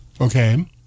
Okay